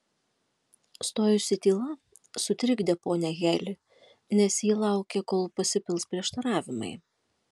stojusi tyla sutrikdė ponią heli nes ji laukė kol pasipils prieštaravimai